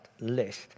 list